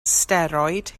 steroid